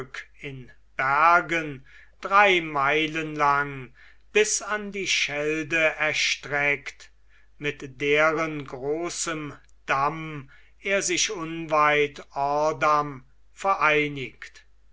in bergen drei meilen lang bis an die schelde erstreckt mit deren großem damm er sich unweit ordam vereinigt